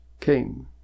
came